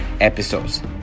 episodes